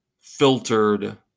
filtered